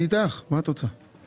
אני איתך מה את רוצה?